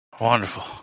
Wonderful